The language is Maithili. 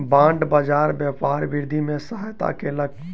बांड बाजार व्यापार वृद्धि में सहायता केलक